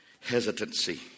hesitancy